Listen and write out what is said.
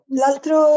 l'altro